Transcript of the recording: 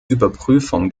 überprüfung